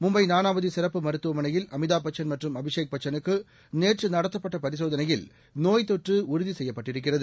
மும்பை நானாவதி சிறப்பு மருத்துவமனையில் அமிதாப்பச்சன் மற்றும் அபிஷேக் பச்சனுக்கு நேற்று நடத்தப்பட்ட பரிசோதனையில் நோய் தொற்று உறுதி செய்யப்பட்டிருக்கிறது